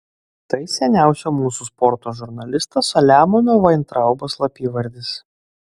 tai seniausio mūsų sporto žurnalisto saliamono vaintraubo slapyvardis